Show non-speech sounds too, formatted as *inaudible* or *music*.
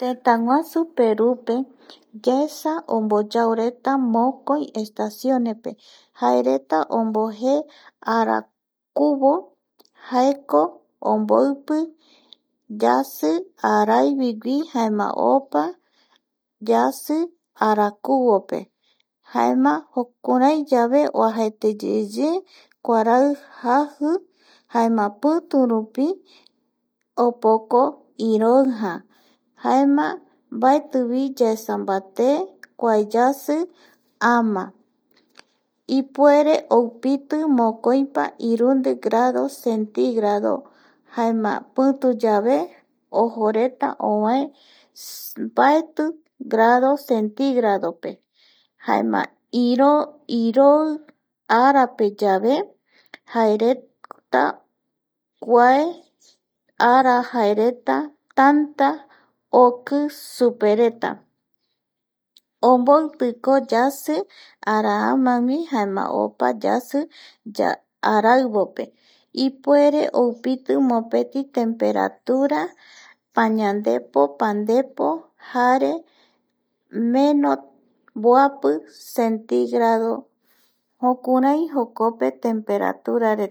Tëtäguasu Perúpe yaesa omboyaoreta mokoi estaciones pe jaereta ombojee arakuvo jaeko yasi araivigui jaema opa yasi arakuvope jaema jukuraiyave oajaeteyeye kuarai jaji jaema piturupi opoko iroija jaema mbaetivi yaesa mbate kua yasi ama ipuere oipiti mokoipa irundi grado centígrado jaema pituyave ojo reta ovae *noise* mbaeti grado centígradope jaema irioi, iroi arapeyave jaereta *hesitation* kuae ara jaereta tanta oki supereta omboipiko yasi araamagui jaema opa yasi, araivope ipuere oupiti mopeti temperatura pañandepo pandepo jare meno centígrado jukurai jokope temperaturareta